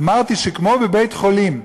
אמרתי שכמו בבית-חולים,